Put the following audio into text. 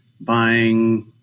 buying